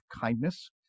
kindness